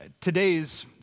Today's